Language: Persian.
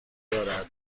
دارد